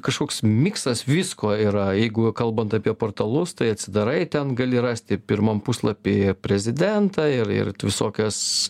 kažkoks miksas visko yra jeigu kalbant apie portalus tai atsidarai ten gali rasti pirmam puslapy prezidentą ir ir visokias